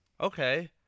okay